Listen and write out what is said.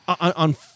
on